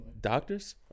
Doctors